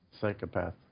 Psychopath